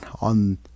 on